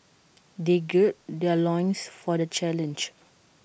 they gird their loins for the challenge